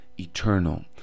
eternal